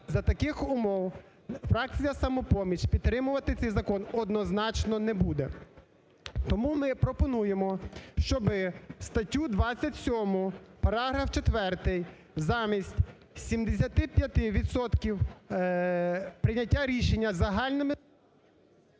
За таких умов фракція "Самопоміч" підтримувати цей закон однозначно не буде. Тому ми пропонуємо, щоб статтю 27 параграф четвертий замість 75 відсотків прийняття рішення загальними…